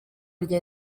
rya